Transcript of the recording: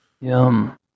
Yum